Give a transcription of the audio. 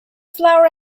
flower